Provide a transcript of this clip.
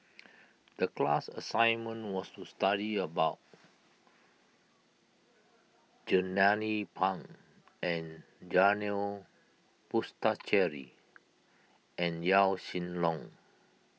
the class assignment was to study about Jernnine Pang and Janil Puthucheary and Yaw Shin Leong